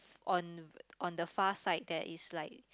on on the far sight there is like